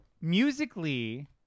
Musically